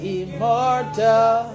immortal